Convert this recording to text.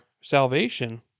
salvation